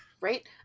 right